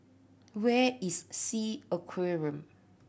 where is Sea Aquarium